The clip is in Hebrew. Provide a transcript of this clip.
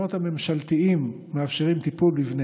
המעונות הממשלתיים מאפשרים טיפול בבני